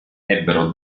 ebbero